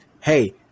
hey